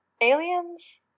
Aliens